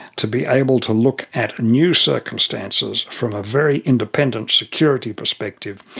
to be able to look at new circumstances from a very independent security perspective,